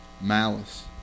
Malice